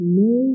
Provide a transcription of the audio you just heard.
no